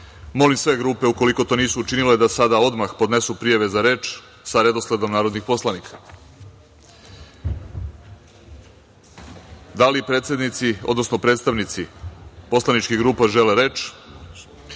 sve grupe, ukoliko to nisu učinile, da sada odmah podnesu prijave za reč sa redosledom narodnih poslanika. Da li predsednici, odnosno predstavnici poslaničkih grupa žele reč